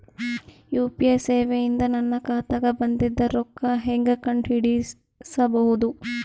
UPI ಸೇವೆ ಇಂದ ನನ್ನ ಖಾತಾಗ ಬಂದಿದ್ದ ರೊಕ್ಕ ಹೆಂಗ್ ಕಂಡ ಹಿಡಿಸಬಹುದು?